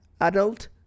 Adult